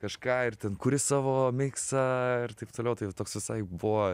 kažką ir ten kuri savo miksą ir taip toliau tai toks visai buvo